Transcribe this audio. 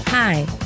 Hi